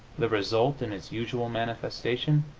the result, in its usual manifestation,